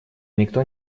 никто